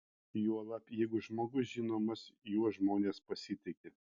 juolab jeigu žmogus žinomas juo žmonės pasitiki